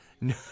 No